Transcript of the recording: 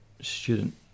student